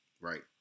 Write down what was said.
Right